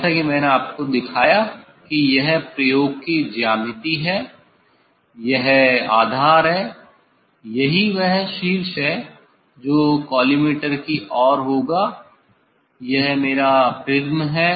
जैसा कि मैंने आपको दिखाया कि यह प्रयोग की ज्यामिति है यह आधार है यही वह शीर्ष है जो कॉलीमटोर की ओर होगा यह मेरा प्रिज्म है